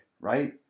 right